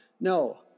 No